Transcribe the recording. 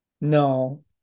No